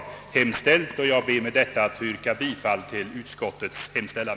Herr talman! Med det anförda ber jag att få yrka bifall till utskottets hemställan.